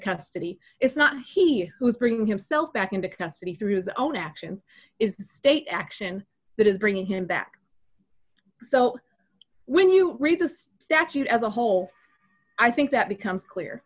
custody it's not he who is bringing himself back into custody through his own actions is the state action that is bringing him back so when you read the statute as a whole i think that becomes clear